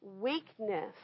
weakness